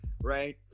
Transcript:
right